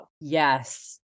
Yes